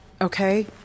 Okay